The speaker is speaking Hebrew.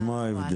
אז מה ההבדל?